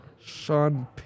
Sean